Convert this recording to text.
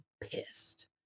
pissed